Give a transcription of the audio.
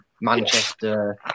Manchester